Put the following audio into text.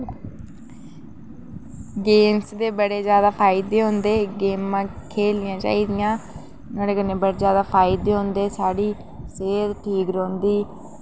गेमें दे बड़े जैदा फायदे होंदे गेमां खेढनियां चाहिदियां नुआढ़े कन्नै बड़े जैदा फायदे होंदे साढ़ी सेह्त ठीक रौंह्दी